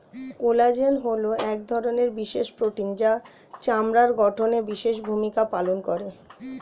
collagen হলো এক ধরনের বিশেষ প্রোটিন যা চামড়ার গঠনে বিশেষ ভূমিকা পালন করে